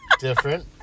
different